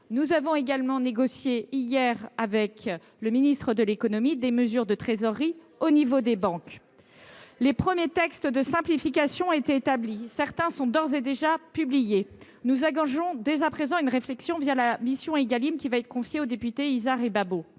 Nous avons également négocié hier, avec le ministre de l’économie, des mesures de trésorerie avec les banques. Et le PSN ! Les premiers textes de simplification ont été établis. Certains sont d’ores et déjà publiés. Nous engageons dès à présent une réflexion, la mission Égalim qui va être confiée aux députés Alexis